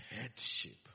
headship